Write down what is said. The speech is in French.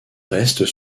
restent